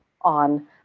on